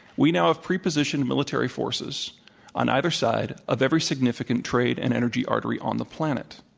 we now have pre-positioned military forces on either side of every significant trade and energy artery on the planet.